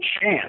chance